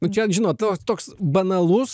nu čia žinot to toks banalus